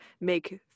make